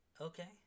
Okay